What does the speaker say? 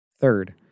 Third